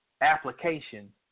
application